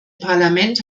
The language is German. parlament